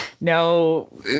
No